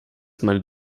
meine